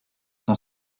dans